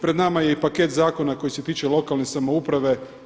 Pred nama je i paket zakona što se tiče lokalne samouprave.